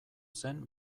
zen